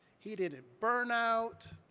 he didn't burn out,